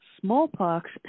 smallpox